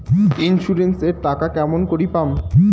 Insurance এর টাকা কেমন করি পাম?